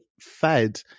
fed